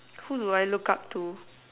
who do I look up to